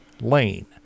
lane